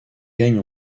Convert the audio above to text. gagne